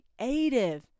creative